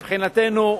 מבחינתנו,